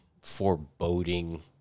foreboding